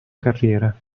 carriera